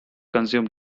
consume